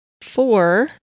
four